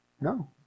No